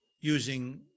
using